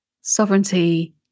Sovereignty